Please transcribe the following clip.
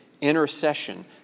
intercession